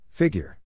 Figure